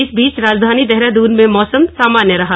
इस बीच राजधानी देहरादून में मौसम सामान्य रहा